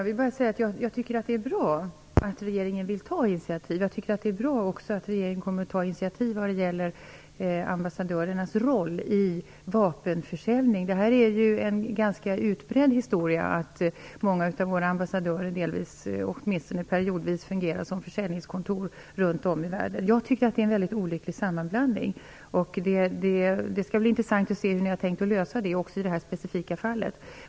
Herr talman! Jag tycker att det är bra att regeringen vill ta initiativ. Det är också bra att regeringen kommer att ta initiativ vad gäller ambassadörernas roll vid vapenförsäljning. Det är ju en ganska utbredd företeelse att många av våra ambassadörer delvis, åtminstone periodvis, fungerar som försäljningskontor runt om i världen. Jag tycker att det är en mycket olycklig sammanblandning. Det skall bli intressant att se hur ni tänker lösa problemet också i detta specifika fall.